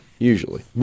Usually